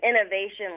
innovation